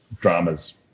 dramas